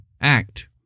act